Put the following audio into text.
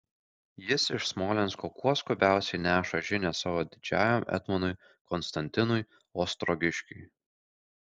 jis iš smolensko kuo skubiausiai neša žinią savo didžiajam etmonui konstantinui ostrogiškiui